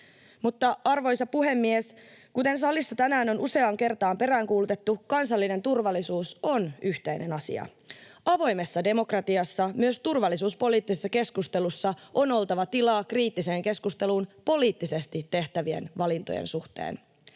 tehdä. Arvoisa puhemies! Kuten salissa tänään on useaan kertaan peräänkuulutettu, kansallinen turvallisuus on yhteinen asia. Avoimessa demokratiassa myös turvallisuuspoliittisessa keskustelussa on oltava tilaa kriittiseen keskusteluun poliittisesti tehtävien valintojen suhteen.